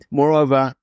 moreover